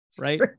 Right